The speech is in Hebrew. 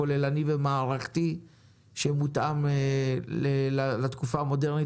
כוללני ומערכתי שמותאם לתקופה המודרנית.